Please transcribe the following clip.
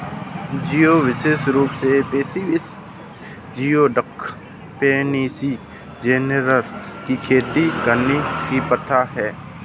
geoduck विशेष रूप से पैसिफिक जियोडक, पैनोपिया जेनेरोसा की खेती करने की प्रथा है